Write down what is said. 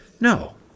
No